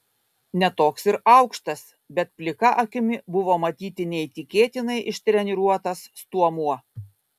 ne toks ir aukštas bet plika akimi buvo matyti neįtikėtinai ištreniruotas stuomuo